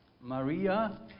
Maria